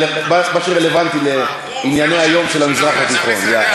למה שרלוונטי לענייני היום של המזרח התיכון.